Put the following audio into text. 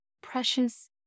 precious